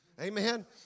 Amen